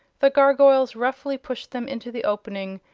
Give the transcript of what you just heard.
the gargoyles roughly pushed them into the opening,